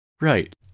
Right